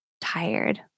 tired